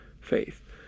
faith